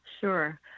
Sure